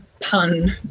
pun